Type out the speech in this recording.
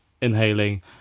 inhaling